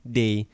day